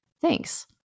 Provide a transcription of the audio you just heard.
Thanks